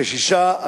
כ-6%,